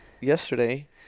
yesterday